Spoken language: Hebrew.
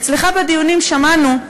אצלך בדיון שמענו,